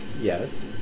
Yes